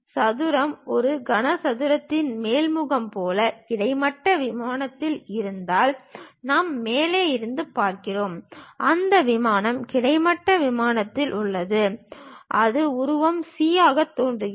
சதுரம் ஒரு கனசதுரத்தின் மேல் முகம் போல கிடைமட்ட விமானத்தில் இருந்தால் நாம் மேலே இருந்து பார்க்கிறோம் அந்த விமானம் கிடைமட்ட விமானத்தில் உள்ளது அது உருவம் c ஆக தோன்றும்